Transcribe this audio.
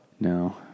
No